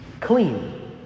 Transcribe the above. clean